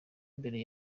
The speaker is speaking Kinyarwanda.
imbere